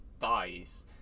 dies